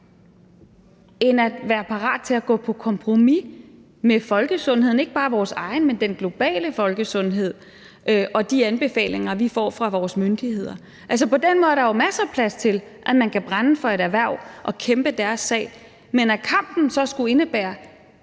end at være parat til at gå på kompromis med folkesundheden, ikke bare vores egen, men den globale folkesundhed, og de anbefalinger, vi får fra vores myndigheder. På den måde er der jo masser af plads til, at man kan brænde for et erhverv og kæmpe deres sag. Men at kampen så skulle indebære,